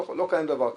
לא קיים דבר כזה,